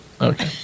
Okay